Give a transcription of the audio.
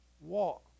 walk